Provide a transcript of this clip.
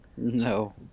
No